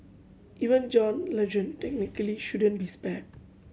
even John Legend technically shouldn't be spared